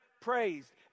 praised